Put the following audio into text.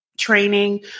training